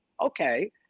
okay